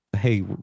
hey